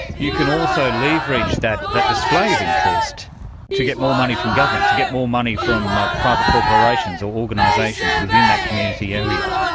you can also leverage that that display of interest to get more money from government, to get more money from ah private corporations or organisations within that community area.